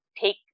take